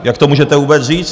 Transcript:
Jak to můžete vůbec říct!